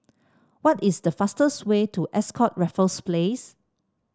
what is the fastest way to Ascott Raffles Place